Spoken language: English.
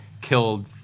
killed